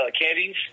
candies